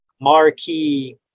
marquee